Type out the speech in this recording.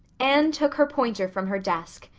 anne took her pointer from her desk.